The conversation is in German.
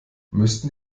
müssten